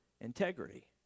integrity